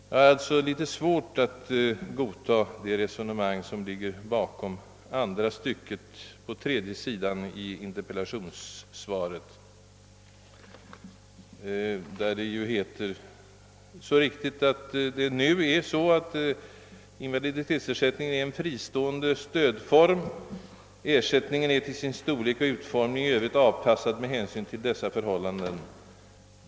Jag har alltså litet svårt att godta det resonemang i senare delen av interpellationssvaret, där det ju heter så riktigt, att invaliditetsersättningen är en fristående stödform med syfte att uppmuntra till förvärvsarbete och undgå förtidspension samt att ersättningen är till sin storlek och utformning i övrigt avpassad med hänsyn till dessa förhållanden.